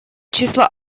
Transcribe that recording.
число